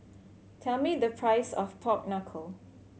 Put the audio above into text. tell me the price of pork knuckle